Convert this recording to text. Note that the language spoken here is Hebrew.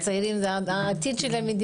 הצעירים הם הדבר הכי חשוב, הם העתיד של המדינה.